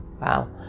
Wow